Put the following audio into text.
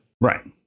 Right